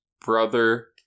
brother